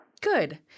Good